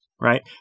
right